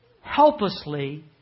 Helplessly